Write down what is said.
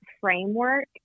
framework